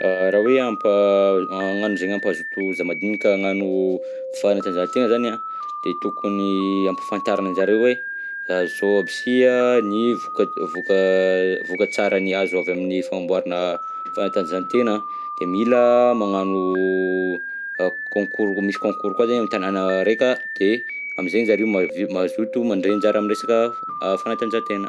Raha hoe a ampa- hagnano zay hampazoto za madinika hagnano fanatanjahantena zany an de tokony ampahafantarina anjareo hoe zao aby si an ny voka- voka- vokatsarany azo amin'ny fanamboarana fanatanjahantena, de mila magnano concours, misy concours koa zegny amy tanana raika de am'zegny zareo maveo- mazoto mandray anjara amy resaka fanatanjahantena.